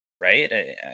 right